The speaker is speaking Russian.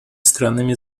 странами